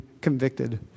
convicted